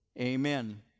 amen